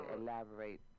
elaborate